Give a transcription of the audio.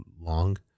long